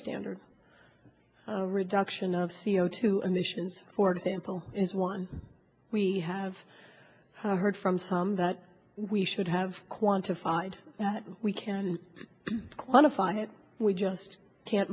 standards a reduction of c o two emissions for sample is one we have heard from some that we should have quantified that we can quantify it we just can't